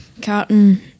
Carton